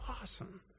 awesome